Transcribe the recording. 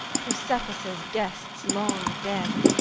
persephassa's guests long dead,